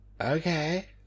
Okay